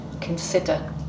consider